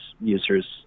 users